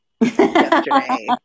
yesterday